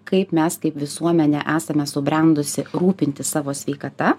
kaip mes kaip visuomenė esame subrendusi rūpintis savo sveikata